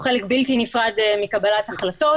שהוא חלק בלתי נפרד מקבלת ההחלטות.